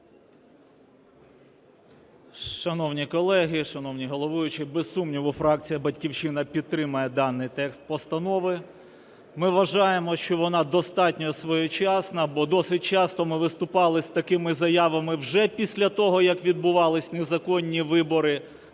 Шановні колеги, шановний головуючий, без сумніву, фракція "Батьківщина" підтримає даний текст постанови. Ми вважаємо, що вона достатньо своєчасна, бо досить часто ми виступали з такими заявами вже після того, як відбувались незаконні вибори